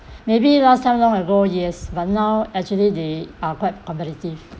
maybe last time long ago yes but now actually they are quite competitive